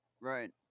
Right